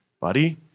buddy